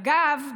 אגב,